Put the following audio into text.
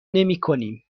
نمیکنیم